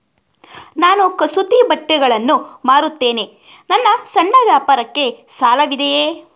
ನಾನು ಕಸೂತಿ ಬಟ್ಟೆಗಳನ್ನು ಮಾರುತ್ತೇನೆ ನನ್ನ ಸಣ್ಣ ವ್ಯಾಪಾರಕ್ಕೆ ಸಾಲವಿದೆಯೇ?